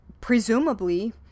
presumably